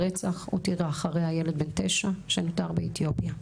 הותירה אחריה ילד בן 9 שנותר באתיופיה.